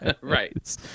Right